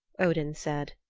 odin said.